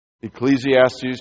Ecclesiastes